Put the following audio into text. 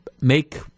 make